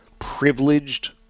privileged